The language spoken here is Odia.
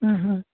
ହୁଁ ହୁଁ